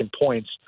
points